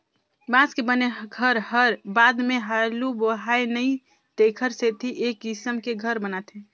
बांस के बने घर हर बाद मे हालू बोहाय नई तेखर सेथी ए किसम के घर बनाथे